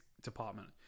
Department